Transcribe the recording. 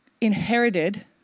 inherited